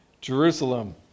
jerusalem